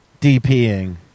DPing